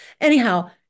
Anyhow